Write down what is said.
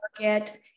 market